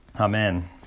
amen